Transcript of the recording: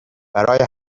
برای